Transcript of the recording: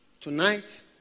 Tonight